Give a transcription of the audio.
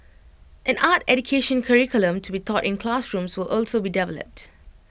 an art education curriculum to be taught in classrooms will also be developed